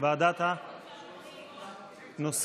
לוועדה שתקבע ועדת הכנסת נתקבלה.